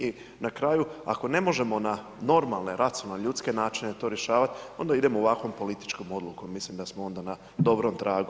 I na kraju, ako ne možemo na normalne, racionalne ljudske načina to rješavati, onda idemo ovakvom političkom odlukom, mislim da smo onda na dobrom tragu.